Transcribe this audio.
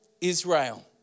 Israel